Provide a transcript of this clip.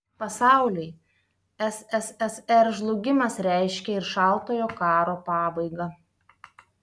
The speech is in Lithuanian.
pasauliui sssr žlugimas reiškė ir šaltojo karo pabaigą